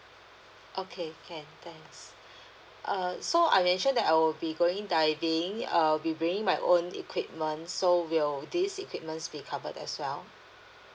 okay can thanks err so I mention that I will be going diving I'll be bringing my own equipment so will these equipment's be covered as well